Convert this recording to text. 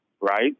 Right